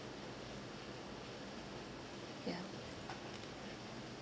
yeah